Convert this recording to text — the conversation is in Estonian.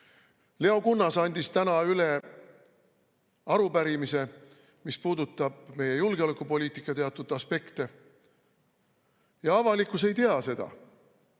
Kunnas andis täna üle arupärimise, mis puudutab meie julgeolekupoliitika teatud aspekte. Avalikkus ei tea, et